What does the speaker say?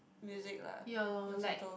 music lah musical